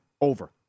over